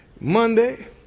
Monday